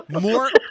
more